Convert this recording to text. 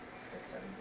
system